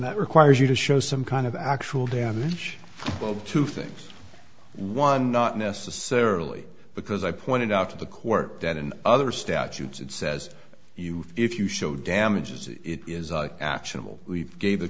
that requires you to show some kind of actual damage two things one not necessarily because i pointed out to the court that in other statutes it says you if you show damages it is actionable we gave the